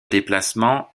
déplacement